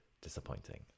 disappointing